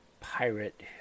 pirate